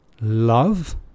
love